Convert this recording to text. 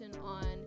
on